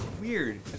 weird